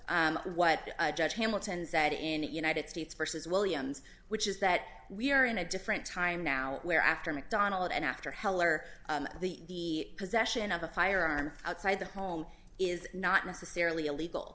what a judge hamilton said in the united states versus williams which is that we are in a different time now where after mcdonald and after heller the possession of a firearm outside the home is not necessarily illegal